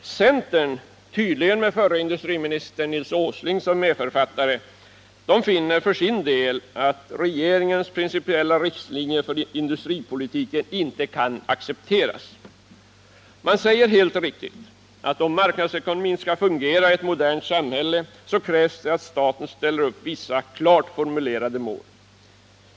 Centern — tydligen med förre industriministern Nils Åsling som medförfattare — finner för sin del att regeringens principiella riktlinjer för industripolitiken inte kan accepteras. Man säger helt riktigt att om marknadsekonomin skall fungera i ett modernt samhälle så krävs det att staten ställer upp vissa klart formulerade mål.